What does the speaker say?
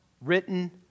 written